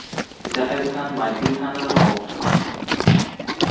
ᱡᱟᱦᱮᱨ ᱛᱷᱟᱱ ᱢᱟᱹᱡᱷᱤ ᱛᱷᱟᱱ ᱨᱮᱦᱚᱸ